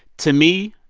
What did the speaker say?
to me,